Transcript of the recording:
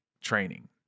training